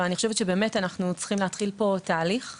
אני חושבת שאנחנו צריכים להתחיל פה תהליך.